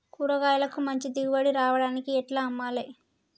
కూరగాయలకు మంచి దిగుబడి రావడానికి ఎట్ల అమ్మాలే?